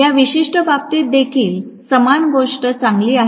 या विशिष्ट बाबतीत देखील समान गोष्ट चांगली आहे